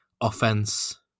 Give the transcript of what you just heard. offense